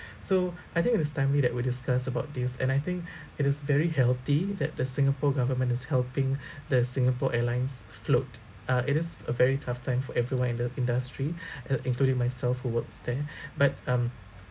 so I think it's timely that we discuss about this and I think it is very healthy that the singapore government is helping the Singapore Airlines float uh it is a very tough time for everyone in the industry uh including myself who works there but um